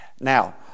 Now